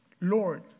Lord